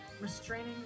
restraining